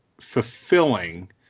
fulfilling